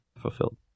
fulfilled